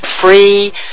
free